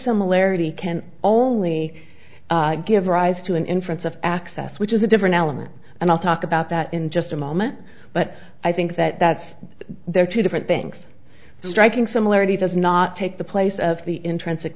similarity can only give rise to an inference of access which is a different element and i'll talk about that in just a moment but i think that that's there are two different things striking similarity does not take the place of the intrinsic